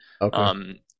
Okay